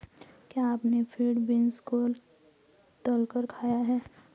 क्या आपने field beans को तलकर खाया है?